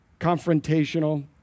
confrontational